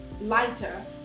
lighter